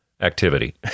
activity